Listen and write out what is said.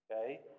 okay